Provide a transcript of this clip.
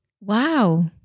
Wow